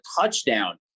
touchdown